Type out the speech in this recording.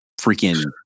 freaking –